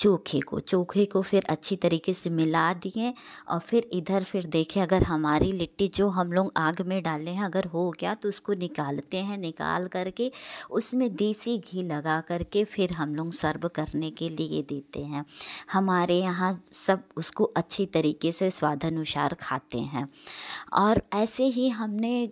चोखे को चोखे को फिर अच्छी तरीके से मिला दिए और फिर इधर फिर देखें अगर हमारी लिट्टी जो हम लोग आग में डालें हैं अगर हो गया तो उसको निकालते हैं निकालकर के उसमें देसी घी लगाकर के फिर हम लोग सर्व करने के लिए देते हैं हमारे यहाँ सब उसको अच्छी तरीके से स्वाद अनुसार खाते हैं और ऐसे ही हमने